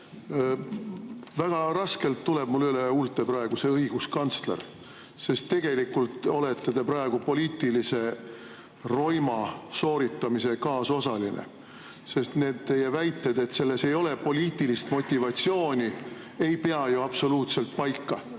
Väga raskelt tuleb mul üle huulte praegu see "õiguskantsler", sest tegelikult olete te praegu poliitilise roima sooritamise kaasosaline. Need teie väited, et selles ei ole poliitilist motivatsiooni, ei pea ju absoluutselt paika.